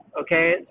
okay